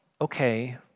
okay